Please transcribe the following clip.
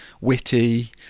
witty